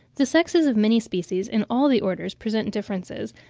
the sexes of many species in all the orders present differences,